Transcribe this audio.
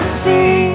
see